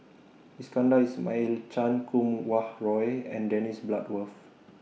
Iskandar Ismail Chan Kum Wah Roy and Dennis Bloodworth